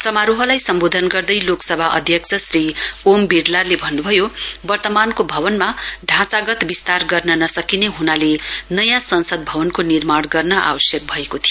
समारोहलाई सम्वोधन गर्दै लोकसभा अध्यक्ष श्री ओम बिरलाले भन्नुभयो वर्तमानको भवनमा ढाँचागत बिस्तार गर्न नसकिने हुनाले नयाँ संसद भवनको निर्माण गर्न आवश्यक भएको थियो